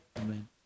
Amen